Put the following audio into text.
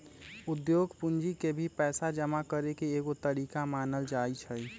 उद्योग पूंजी के भी पैसा जमा करे के एगो तरीका मानल जाई छई